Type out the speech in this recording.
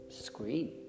Screen